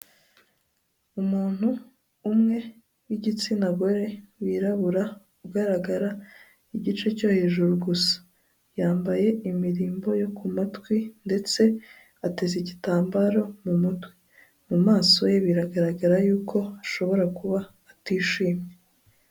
Umuntu umwe w'igitsina gore wirabura ugaragara igice cyo hejuru gusa, yambaye imirimbo yo ku matwi ndetse ateze igitambaro mu mutwe, mu maso ye biragaragara yuko ashobora kuba atishimye.